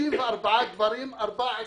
54 גברים ו-14 נשים.